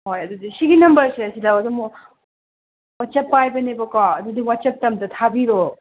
ꯍꯣꯏ ꯑꯗꯨꯗꯤ ꯁꯤꯒꯤ ꯅꯝꯕꯔꯁꯦ ꯁꯤꯗ ꯑꯗꯨꯝ ꯋꯥꯠꯆꯦꯞ ꯄꯥꯏꯕꯅꯦꯕꯀꯣ ꯑꯗꯨꯗꯤ ꯋꯥꯆꯞꯇ ꯑꯝꯇ ꯊꯥꯕꯤꯔꯛꯑꯣ